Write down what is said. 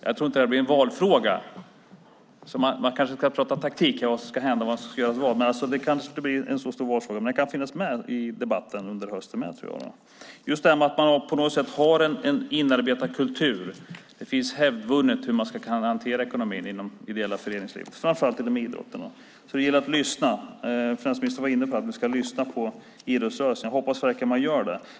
Jag tror inte att detta blir en så stor valfråga. Men den kan finnas med i debatten under hösten. Det finns en inarbetad kultur. Det finns hävdvunnet hur man ska kunna hantera ekonomin inom det ideella föreningslivet, framför allt inom idrotten. Det gäller därför att lyssna. Finansministern var inne på att vi ska lyssna på idrottsrörelsen. Jag hoppas verkligen att man gör det.